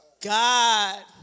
God